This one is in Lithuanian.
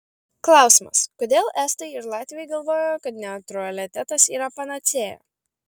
klausimas kodėl estai ir latviai galvojo kad neutralitetas yra panacėja